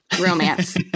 romance